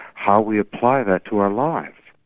how we apply that to our lives.